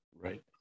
Right